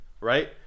Right